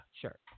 sure